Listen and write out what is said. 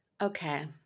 Okay